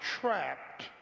trapped